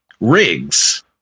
rigs